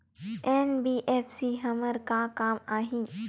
NBFC हमर का काम आही?